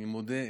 אני מודה.